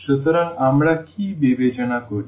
সুতরাং আমরা কি বিবেচনা করি